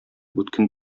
үткен